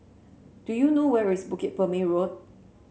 do you know where is Bukit Purmei Road